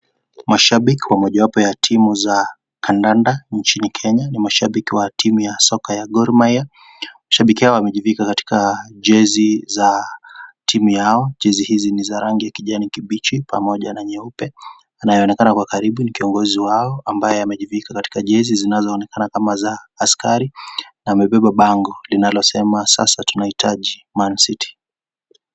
Mashabiki mojawapo timu za kandanda injini Kenya ni mashabiki wa timu ya soka ya Gormaiya. Mashabiki yao wamejifika katika jesi za timu yao, jesi hizi ni rangi za kijani kipiji pamoja na nyeupe. Anayeonekana kwa karibu ni kiongozi wao ambaye amejifika katika jesi zinazoonekana Kama jesi za askari na amebeba pango linalosema sasa tunaitaji Mancity.